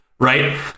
right